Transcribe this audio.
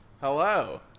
Hello